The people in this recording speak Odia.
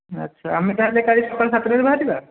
ଆଛା ଆମେ ତା'ହେଲେ କାଲି ସକାଳ ସାତଟାରେ ବାହାରିବା